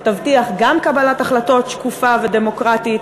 שתבטיח גם קבלת החלטות שקופה ודמוקרטית,